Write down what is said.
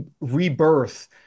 rebirth